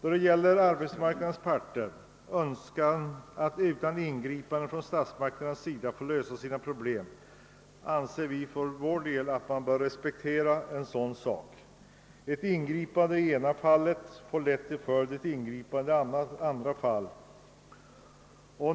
Vi anser för vår del att man bör respektera arbetsmarknadsparternäs Önskan att utan ingripande själva få lösa sina problem. Ingripanden i ett fall får lätt till följd ingripanden i andra fall.